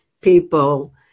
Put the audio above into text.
people